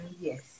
Yes